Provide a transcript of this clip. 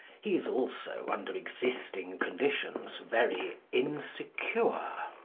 he is also under existing conditions, very insecure.